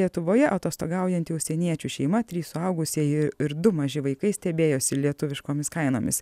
lietuvoje atostogaujanti užsieniečių šeima trys suaugusieji ir du maži vaikai stebėjosi lietuviškomis kainomis